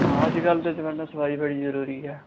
हां अज्जकल दे जमाने च सफाई बड़ी जरूरी ऐ